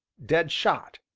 dead shot.